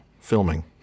filming